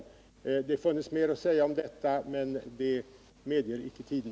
Det funnes mer att säga om detta, men det medger icke tiden.